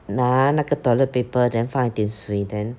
拿那个 toilet paper then 放一点水 then